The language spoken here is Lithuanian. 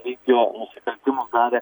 lygio nusikaltimus darė